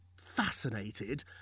fascinated